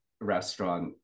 restaurant